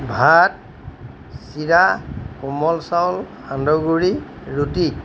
ভাত চিৰা কোমল চাউল সান্দহগুড়ি ৰুটি